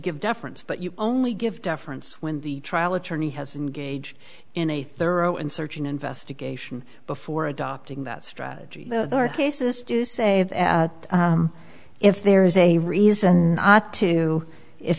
give deference but you only give deference when the trial attorney has engaged in a thorough and searching investigation before adopting that strategy there are cases to say that if there is a reason not to if